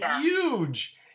huge